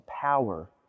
power